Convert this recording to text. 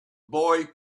boy